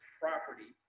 property